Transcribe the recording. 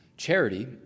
Charity